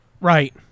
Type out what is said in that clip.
Right